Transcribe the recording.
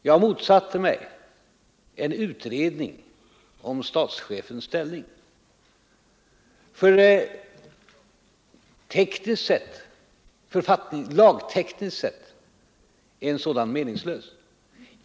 Jag motsatte mig en utredning om statschefens ställning, för lagtekniskt sett är en sådan utredning meningslös.